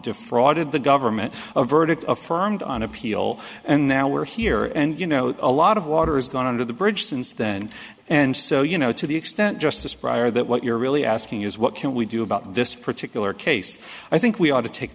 defrauded the government a verdict affirmed on appeal and now we're here and you know a lot of water is gone under the bridge since then and so you know to the extent justice prior that what you're really asking is what can we do about this particular case i think we ought to take